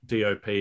DOP